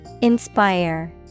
Inspire